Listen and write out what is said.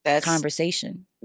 conversation